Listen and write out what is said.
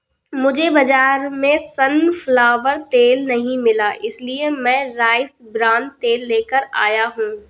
मुझे बाजार में सनफ्लावर तेल नहीं मिला इसलिए मैं राइस ब्रान तेल लेकर आया हूं